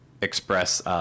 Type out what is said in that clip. Express